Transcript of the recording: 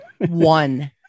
One